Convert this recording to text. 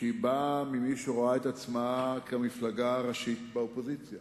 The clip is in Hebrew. כשהיא באה ממי שרואה את עצמה כמפלגה הראשית באופוזיציה.